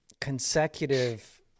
consecutive